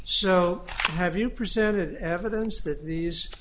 so have you presented evidence that these